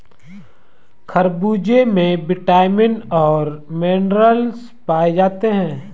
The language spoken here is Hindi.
खरबूजे में विटामिन और मिनरल्स पाए जाते हैं